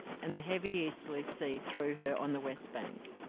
and the heavy easterly sea threw her on the west bank.